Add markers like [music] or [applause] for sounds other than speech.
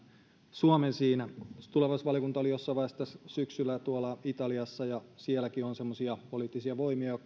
suomen siinä tulevaisuusvaliokunta oli jossain vaiheessa tässä syksyllä tuolla italiassa ja sielläkin on semmoisia poliittisia voimia [unintelligible]